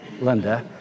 Linda